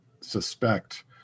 suspect